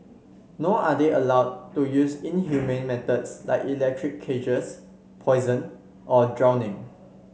nor are they allowed to use inhumane methods like electric cages poison or drowning